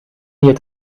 hier